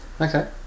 Okay